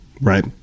right